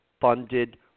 funded